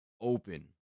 open